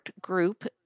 group